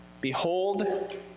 behold